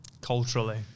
Culturally